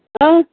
آ